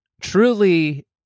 truly